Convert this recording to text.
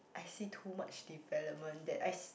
I see too much development that I see